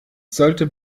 sollte